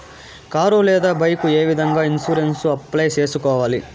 car లేదా bike ఏ విధంగా ఇన్సూరెన్సు అప్లై సేసుకోవాలి